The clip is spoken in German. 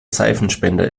seifenspender